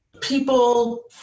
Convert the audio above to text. people